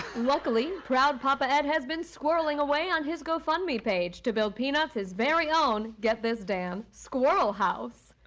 luckily, proud papa ed has been squirreling away on his gofundme page to build peanuts his very own, get this dan, squirrel house!